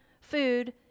food